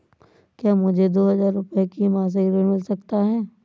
क्या मुझे दो हजार रूपए का मासिक ऋण मिल सकता है?